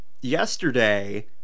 yesterday